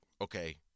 okay